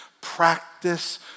practice